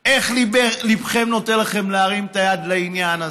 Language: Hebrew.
איך ליבכם נותן לכם להרים את היד לעניין הזה?